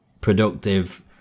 productive